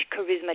charisma